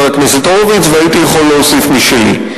הכנסת הורוביץ והייתי יכול להוסיף משלי.